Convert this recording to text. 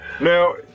Now